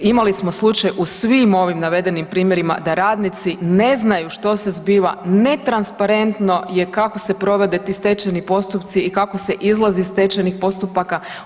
Imali smo slučaj u svim ovim navedenim primjerima da radnici ne znaju što se zbiva, ne transparentno je kako se provode ti stečajni postupci i kako se izlazi iz stečajnih postupaka.